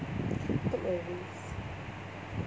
took a risk